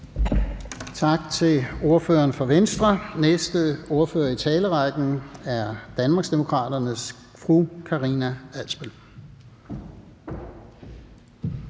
Tak til ordføreren for Venstre. Næste ordfører er Danmarksdemokraternes fru Karina Adsbøl.